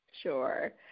Sure